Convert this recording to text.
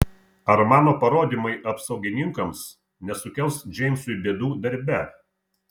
ar mano parodymai apsaugininkams nesukels džeimsui bėdų darbe